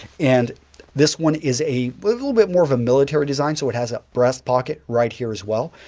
and this one is a little bit more of a military design, so it has a breast pocket right here as well,